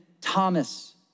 Thomas